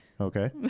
Okay